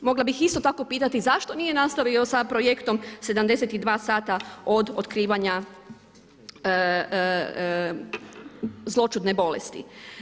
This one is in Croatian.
Mogla bih isto tako pitati, zašto nije nastavio sa projektom 72 sata od otkrivanja zloćudne bolesti?